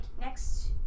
next